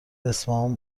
اصفهان